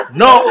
no